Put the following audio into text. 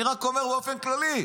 אני רק אומר באופן כללי.